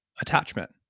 attachment